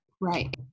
Right